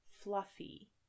fluffy